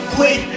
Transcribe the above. Quit